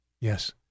Yes